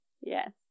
Yes